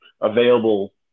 available